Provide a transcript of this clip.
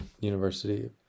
University